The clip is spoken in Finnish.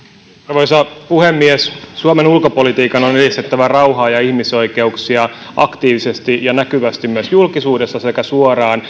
arvoisa puhemies suomen ulkopolitiikan on edistettävä rauhaa ja ihmisoikeuksia aktiivisesti ja näkyvästi myös julkisuudessa sekä suoraan